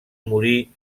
morí